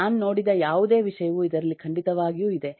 ನಾನು ನೋಡಿದ ಯಾವುದೇ ವಿಷಯವು ಇದರಲ್ಲಿ ಖಂಡಿತವಾಗಿಯೂ ಇದೆ